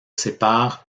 séparent